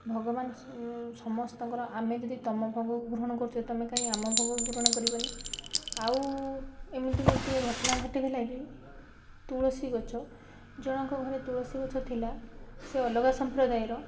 ଭଗବାନ ସମସ୍ତଙ୍କର ଆମେ ଯଦି ତୁମ ଭୋଗ ଗ୍ରହଣ କରୁଛେ ତୁମେ କାହିଁ ଆମ ଭୋଗ ଗ୍ରହଣ କରିବନି ଆଉ ଏମିତି ଗୋଟିଏ ଘଟଣା ଘଟିଥିଲା କି ତୁଳସୀ ଗଛ ଜଣଙ୍କ ଘରେ ତୁଳସୀ ଗଛ ଥିଲା ସେ ଅଲଗା ସମ୍ପ୍ରଦାୟର